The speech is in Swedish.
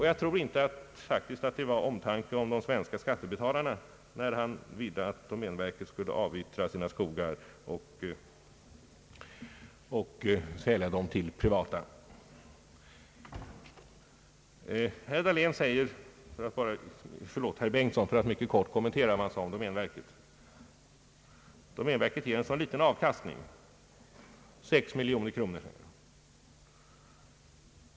Jag tror inte att det var av omtanke om de svenska skattebetalarna som han ville att domänverket skulle avyttra sina skogar till det privata näringslivet. Herr Bengtson påstår att domänverket ger så ringa avkastning, nämligen 6 miljoner kronor.